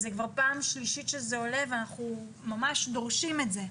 זה כבר פעם שלישית שזה עולה ואנחנו ממש דורשים את זה.